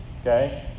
Okay